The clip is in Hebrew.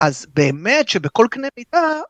‫אז באמת שבכל קנה מידה...